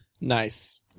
Nice